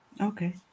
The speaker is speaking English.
Okay